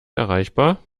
erreichbar